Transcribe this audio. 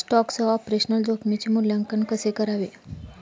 स्टॉकसह ऑपरेशनल जोखमीचे मूल्यांकन कसे करावे?